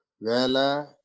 Vela